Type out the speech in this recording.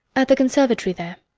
at the conservatory there.